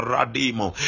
Radimo